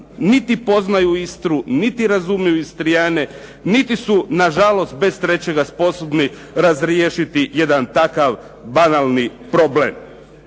niti poznaju Istru, niti razumiju Istrijane, niti su na žalost bez trećega sposobni razriješiti jedan takav banalni problem.